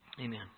Amen